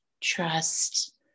trust